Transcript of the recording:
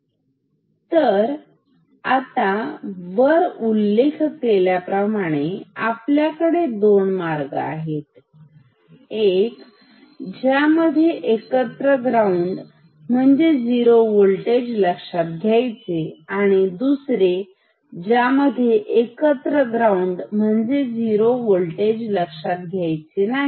तर मग आता वर उल्लेख केल्याप्रमाणे आपल्याकडे दोन मार्ग आहेत एक ज्यामध्ये एकत्र ग्राउंड म्हणजे झिरो होल्टेज लक्षात घ्यायचे आणि दुसरे ज्यामध्ये एकत्र ग्राउंड म्हणजे झिरो होल्टेज लक्षात घ्यायचे नाही